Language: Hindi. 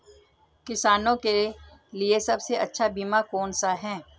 किसानों के लिए सबसे अच्छा बीमा कौन सा है?